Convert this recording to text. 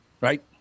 right